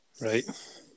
Right